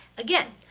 again,